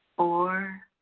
four,